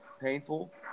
painful